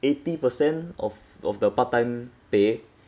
eighty percent of of the part time pay